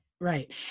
right